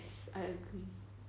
yes I agree